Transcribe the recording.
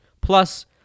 Plus